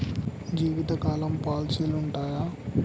జీవితకాలం పాలసీలు ఉంటయా?